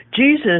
Jesus